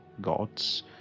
gods